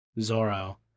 Zoro